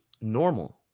Normal